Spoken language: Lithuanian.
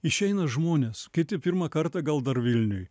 išeina žmonės kiti pirmą kartą gal dar vilniuj